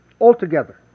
altogether